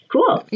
Cool